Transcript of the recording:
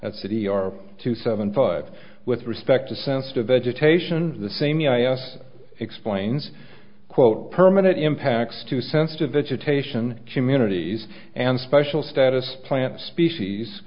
that city are two seven five with respect to sensitive vegetation the same e i a s explains quote permanent impacts to sensitive vegetation communities and special status plant species